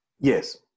Yes